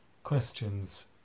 Questions